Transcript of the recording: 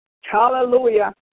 Hallelujah